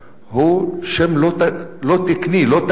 הוא שם לא תקני, לא תקין.